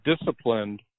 disciplined